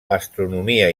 astronomia